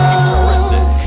Futuristic